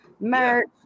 merch